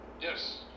Yes